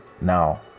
now